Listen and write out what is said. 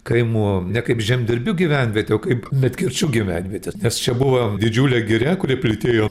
kaimų ne kaip žemdirbių gyvenvietė o kaip medkirčių gyvenvietė nes čia buvo didžiulė giria kuri plytėjo